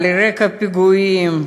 על רקע הפיגועים,